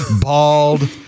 Bald